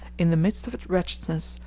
in the midst of its wretchedness,